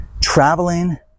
traveling